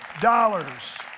dollars